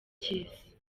cy’isi